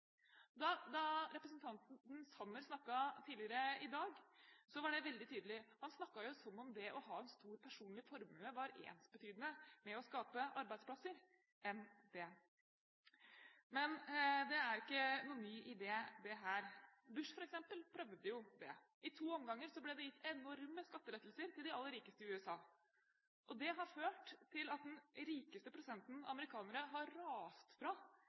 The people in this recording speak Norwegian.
Da representanten Sanner snakket tidligere i dag, var det veldig tydelig: Han snakket som om det å ha en stor personlig formue var ensbetydende med å skape arbeidsplasser – mon det! Men dette er ingen ny idé. Bush, f.eks., prøvde jo det. I to omganger ble det gitt enorme skattelettelser til de aller rikeste i USA, og det har ført til at den rikeste prosenten av amerikanere har rast fra